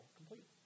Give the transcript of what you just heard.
complete